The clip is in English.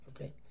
Okay